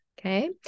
okay